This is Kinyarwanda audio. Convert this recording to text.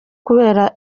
kubera